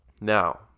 Now